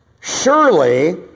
Surely